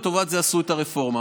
לטובת זה עשו את הרפורמה.